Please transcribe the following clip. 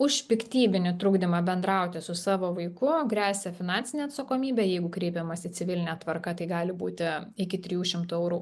už piktybinį trukdymą bendrauti su savo vaiku gresia finansinė atsakomybė jeigu kreipiamasi civiline tvarka tai gali būti iki trijų šimtų eurų